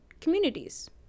communities